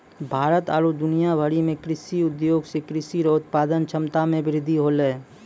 भारत आरु दुनिया भरि मे कृषि उद्योग से कृषि रो उत्पादन क्षमता मे वृद्धि होलै